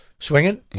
Swinging